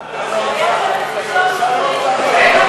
זה הגרעין האיראני?